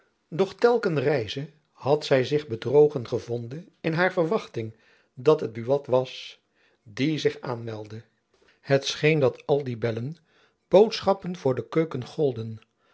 doch telken reize had zy zich bedrogen gevonden in haar verwachting dat het buat was die zich aanmeldde het scheen dat al die bellen boodschappen voor de keuken golden